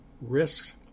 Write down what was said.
risks